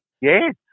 Yes